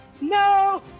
No